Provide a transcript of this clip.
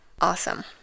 Awesome